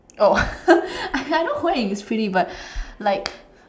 oh I I know Hui-Ying is pretty but like